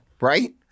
Right